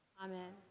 Amen